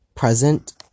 present